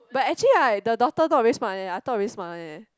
but actually right the daughter not very smart eh I thought very smart one eh